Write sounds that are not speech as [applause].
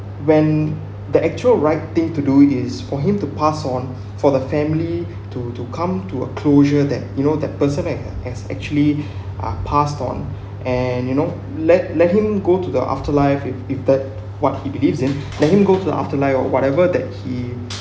when the actual right thing to do is for him to pass on [breath] for the family [breath] to to come to a closure that you know that person has actually uh passed on [breath] and you know let let him go to the afterlife if if that what he believes in let him go to the afterlife or whatever that he